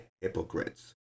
hypocrites